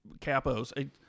Capos